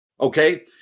Okay